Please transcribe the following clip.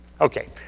Okay